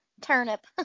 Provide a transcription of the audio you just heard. turnip